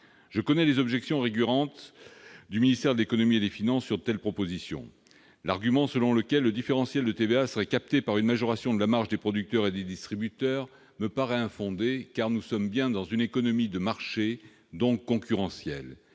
Je connais les objections récurrentes du ministère de l'économie et des finances sur de telles propositions. L'argument selon lequel le différentiel de TVA serait capté par une majoration de la marge des producteurs et des distributeurs me paraît infondé, car nous sommes bien dans une économie de marché, donc concurrentielle,